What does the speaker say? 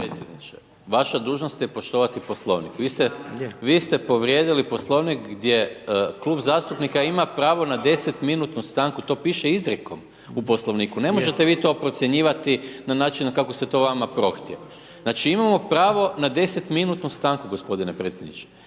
predsjedniče, vaša dužnost je poštovati poslovnik, vi ste povrijedili poslovnik, gdje Klub zastupnika ima pravo na 10 minutnu stanku, to piše izrijekom u poslovniku, ne možete vi to procjenjivati, na način kako se to vama prohtjeva. Znači imao pravo na 10 minutnu stanku, gospodine predsjedniče,